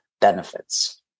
benefits